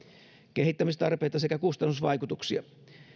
kehittämistarpeita sekä kustannusvaikutuksia